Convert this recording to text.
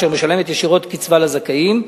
אשר משלמת ישירות קצבה לזכאים,